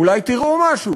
אולי תראו משהו?